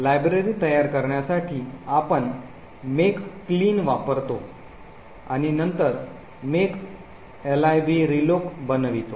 library तयार करण्यासाठी आपण make clean वापरतो आणि नंतर make lib reloc बनवितो